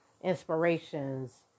inspirations